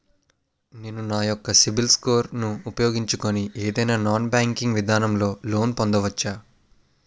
నేను నా యెక్క సిబిల్ స్కోర్ ను ఉపయోగించుకుని ఏదైనా నాన్ బ్యాంకింగ్ విధానం లొ లోన్ పొందవచ్చా?